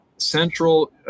Central